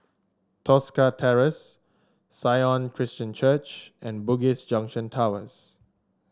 Tosca Terrace Sion Christian Church and Bugis Junction Towers